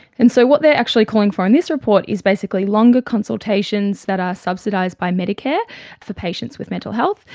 and so what they are actually calling for in this report is basically longer consultations that are subsidised by medicare for patients with mental health.